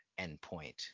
endpoint